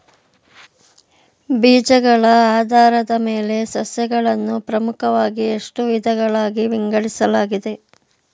ಬೀಜಗಳ ಆಧಾರದ ಮೇಲೆ ಸಸ್ಯಗಳನ್ನು ಪ್ರಮುಖವಾಗಿ ಎಷ್ಟು ವಿಧಗಳಾಗಿ ವಿಂಗಡಿಸಲಾಗಿದೆ?